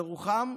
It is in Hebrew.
ירוחם,